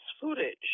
footage